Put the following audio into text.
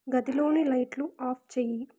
గదిలోని లైట్లు ఆఫ్ చేయి